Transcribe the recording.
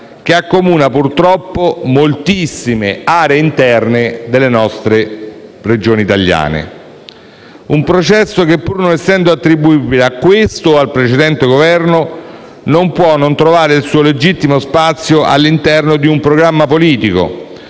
che accomuna purtroppo moltissime aree interne delle nostre Regioni italiane? Si tratta di un processo che, pur non essendo attribuibile a questo o al precedente Governo, non può non trovare il suo legittimo spazio all'interno del programma politico